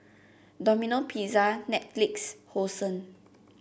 Domino Pizza Netflix Hosen